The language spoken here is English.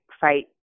fight